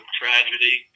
tragedy